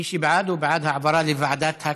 מי שבעד, הוא בעד העברה לוועדת הכספים.